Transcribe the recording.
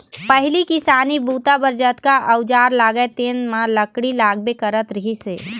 पहिली किसानी बूता बर जतका अउजार लागय तेन म लकड़ी लागबे करत रहिस हे